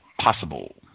possible